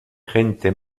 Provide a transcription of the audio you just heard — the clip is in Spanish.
gente